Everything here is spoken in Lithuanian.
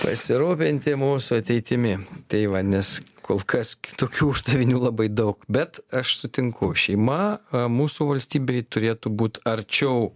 pasirūpinti mūsų ateitimi tai va nes kol kas kitokių uždavinių labai daug bet aš sutinku šeima mūsų valstybei turėtų būti arčiau